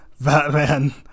Batman